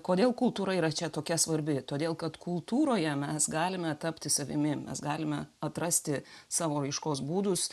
kodėl kultūra yra čia tokia svarbi todėl kad kultūroje mes galime tapti savimi mes galime atrasti savo raiškos būdus